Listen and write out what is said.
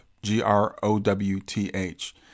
G-R-O-W-T-H